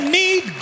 need